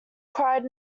cried